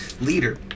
leader